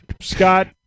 Scott